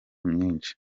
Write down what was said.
myinshi